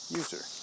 user